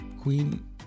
Queen